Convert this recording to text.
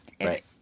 Right